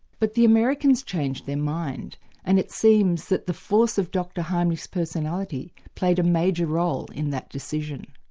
but the americans changed their mind and it seems that the force of dr heimlich's personality played a major role in that decision.